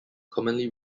commonly